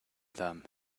them